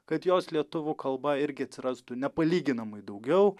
kad jos lietuvių kalba irgi atsirastų nepalyginamai daugiau